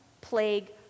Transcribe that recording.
plague